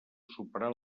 superar